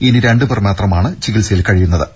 ഇനി രണ്ടുപേർ മാത്രമാണ് ചികിത്സയിൽ കഴിയുന്നവർ